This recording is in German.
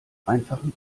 einfachen